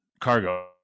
cargo